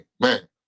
man